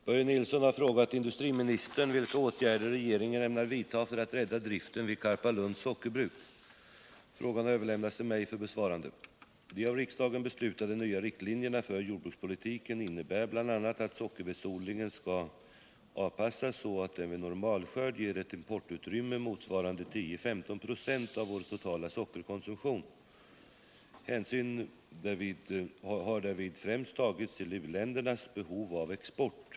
Herr talman! Börje Nilsson har frågat industriministern vilka åtgärder regeringen ämnar vidta för att rädda driften vid Karpalunds sockerbruk. Frågan har överlämnats till mig för besvarande. De av riksdagen beslutade nya riktlinjerna för jordbrukspolitiken innebär bl.a. att sockerbetsodlingen skall avpassas så att den vid normalskörd ger ett importutrymme motsvarande 10-15 96 av vår totala sockerkonsumtion. Hänsyn har därvid främst tagits till u-ländernas behov av export.